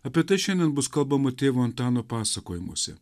apie tai šiandien bus kalbama tėvo antano pasakojimuose